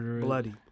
Bloody